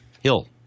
Hill